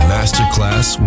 Masterclass